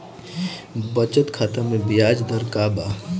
बचत खाता मे ब्याज दर का बा?